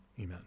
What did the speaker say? Amen